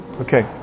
Okay